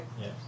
Yes